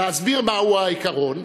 להסביר מהו העיקרון,